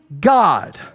God